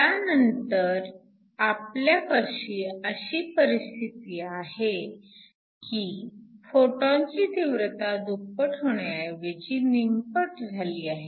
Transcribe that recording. त्यानंतर आपल्यापाशी अशी परिस्थिती आहे की फोटॉनची तीव्रता दुप्पट होण्याऐवजी निमपट झाली आहे